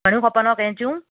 घणियूं खपनिव कैंचू